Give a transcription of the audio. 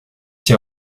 s’y